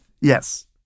Yes